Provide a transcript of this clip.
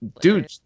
dude